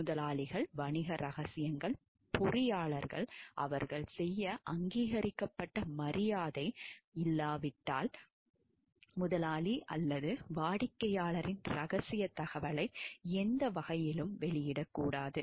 முதலாளிகள் வணிக ரகசியங்கள் பொறியாளர்கள் அவர்கள் செய்ய அங்கீகரிக்கப்பட்ட மரியாதை இல்லாவிட்டால் முதலாளி அல்லது வாடிக்கையாளரின் இரகசியத் தகவலை எந்த வகையிலும் வெளியிடக்கூடாது